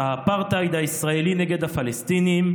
האפרטהייד הישראלי נגד הפלסטינים,